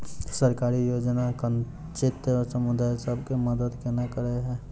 सरकारी योजना वंचित समुदाय सब केँ मदद केना करे है?